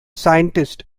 scientists